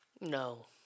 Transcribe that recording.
No